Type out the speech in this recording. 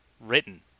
Written